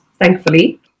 thankfully